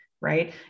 right